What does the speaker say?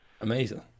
Amazing